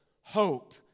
hope